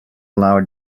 allow